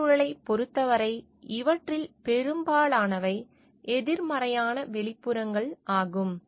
சுற்றுச்சூழலைப் பொறுத்தவரை இவற்றில் பெரும்பாலானவை எதிர்மறையான வெளிப்புறங்கள் ஆகும்